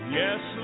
yes